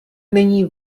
není